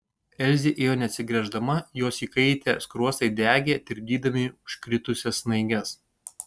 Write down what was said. elzė ėjo neatsigręždama jos įkaitę skruostai degė tirpdydami užkritusias snaiges